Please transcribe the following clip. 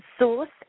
source